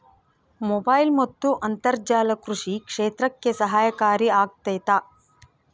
Mobile ಮತ್ತು ಅಂತರ್ಜಾಲ ಕೃಷಿ ಕ್ಷೇತ್ರಕ್ಕೆ ಸಹಕಾರಿ ಆಗ್ತೈತಾ?